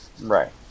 Right